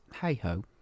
hey-ho